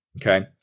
Okay